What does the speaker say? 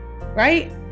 right